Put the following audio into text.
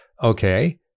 Okay